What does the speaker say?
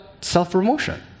self-promotion